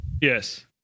Yes